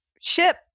Ship